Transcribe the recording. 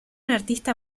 artista